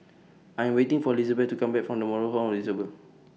I Am waiting For Lizabeth to Come Back from The Moral Home Disabled